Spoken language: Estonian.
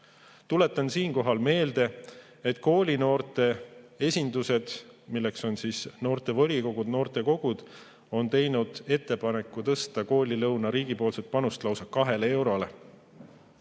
Tuletan siinkohal meelde, et koolinoorte esindused, milleks on noortevolikogud, noortekogud, on teinud ettepaneku tõsta koolilõuna riigipoolne panus lausa 2 eurole.